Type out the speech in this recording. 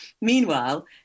Meanwhile